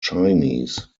chinese